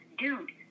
dude